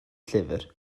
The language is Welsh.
llyfr